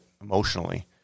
emotionally